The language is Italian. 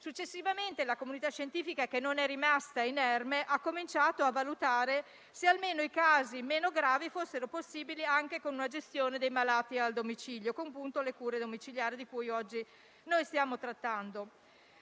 Successivamente la comunità scientifica, che non è rimasta inerme, ha cominciato a valutare se almeno per i casi meno gravi fosse possibile anche procedere con una gestione a domicilio, appunto con le cure domiciliari di cui oggi stiamo trattando.